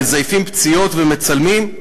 מזייפים פציעות ומצלמים,